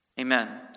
Amen